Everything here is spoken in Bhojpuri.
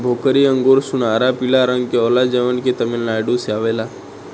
भोकरी अंगूर सुनहरा पीला रंग के होला जवन की तमिलनाडु से आवेला